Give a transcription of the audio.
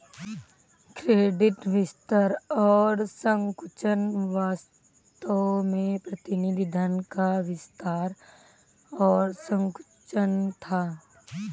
credit विस्तार और संकुचन वास्तव में प्रतिनिधि धन का विस्तार और संकुचन था